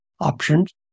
options